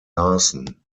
larsen